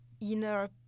inner